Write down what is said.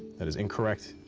that is incorrect.